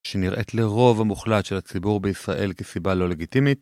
שנראית לרוב המוחלט של הציבור בישראל כסיבה לא לגיטימית.